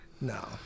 No